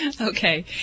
Okay